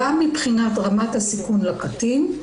גם מבחינת רמת הסיכון לקטין,